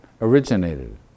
originated